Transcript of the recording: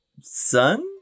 son